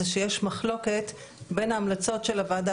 זה שיש מחלוקת בין ההמלצות של הוועדה